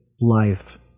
life